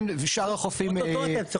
עובדים על זה.